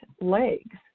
legs